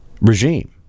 regime